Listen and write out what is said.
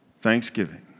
thanksgiving